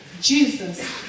Jesus